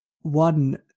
one